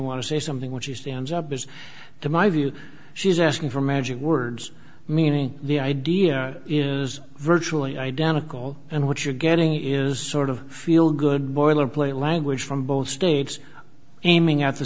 want to say something when she stands up is to my view she's asking for magic words meaning the idea is virtually identical and what you're getting is sort of feel good boilerplate language from both states aiming at the